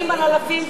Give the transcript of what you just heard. חבר הכנסת